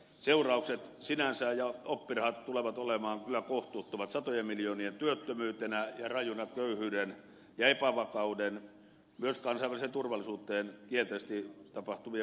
seuraukset ja oppirahat sinänsä tulevat olemaan kyllä kohtuuttomat satojen miljoonien työttömyytenä ja rajuna köyhyytenä ja epävakautena myös kansainväliseen turvallisuuteen kielteisesti heijastuvien vaikutusten kautta